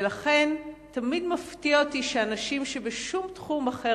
ולכן תמיד מפתיע אותי שאנשים שבשום תחום אחר